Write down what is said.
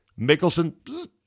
Mickelson